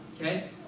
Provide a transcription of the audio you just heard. okay